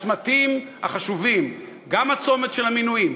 הצמתים החשובים, גם הצומת של המינויים,